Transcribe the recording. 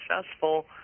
successful